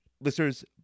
Listeners